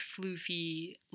floofy